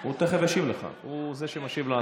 הוא תכף ישיב לך, הוא זה שמשיב על ההצעה שלך.